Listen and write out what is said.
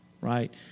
Right